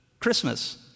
Christmas